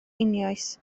einioes